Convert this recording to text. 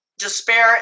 Despair